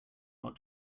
not